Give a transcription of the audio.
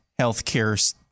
healthcare